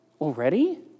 Already